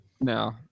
No